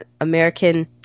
American